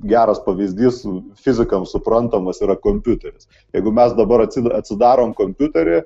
geras pavyzdys fizikams suprantamas yra kompiuteris jeigu mes dabar atsi atsidarom kompiuterį